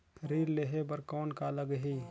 ऋण लेहे बर कौन का लगही?